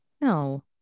No